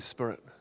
Spirit